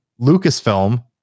Lucasfilm